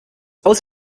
aus